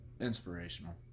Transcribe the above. inspirational